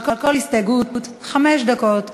על כל הסתייגות חמש דקות,